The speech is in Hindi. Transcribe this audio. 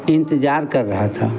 इंतज़ार कर रहा था